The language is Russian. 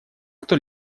кто